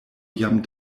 jam